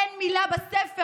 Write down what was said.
אין מילה בספר,